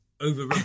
over